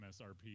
MSRP